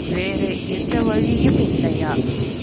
வேறு எந்த வழியும் இல்லையா